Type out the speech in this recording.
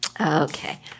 Okay